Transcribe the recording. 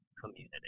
community